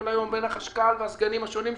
כל היום בין החשכ"ל והסגנים השונים שלו,